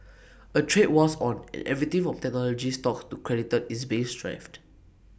A trade war's on and everything from technology stocks to creditor is being strafed